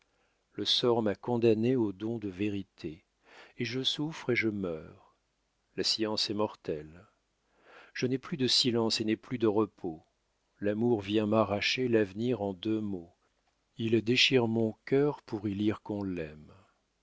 le sort m'a condamnée au don de vérité et je souffre et je meurs la science est mortelle je n'ai plus de silence et n'ai plus de repos l'amour vient m'arracher l'avenir en deux mots il déchire mon cœur pour y lire qu'on l'aime